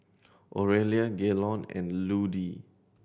Orelia Gaylon and Ludie